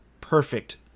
perfect